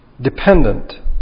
Dependent